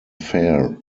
farr